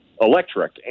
electric